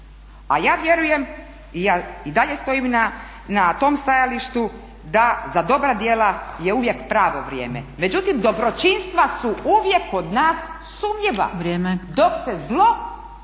A ja vjerujem i ja i dalje stojim na tom stajalištu da za dobra djela je uvijek pravo vrijeme, međutim, dobročinstva su uvijek kod nas sumnjiva … …/Upadica